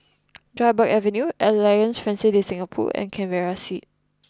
Dryburgh Avenue Alliance Francaise de Singapour and Canberra Street